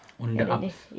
on the ups